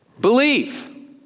Believe